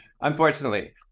unfortunately